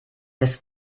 des